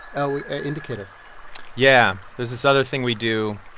oh, indicator yeah. there's this other thing we do.